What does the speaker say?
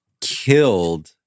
killed